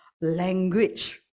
language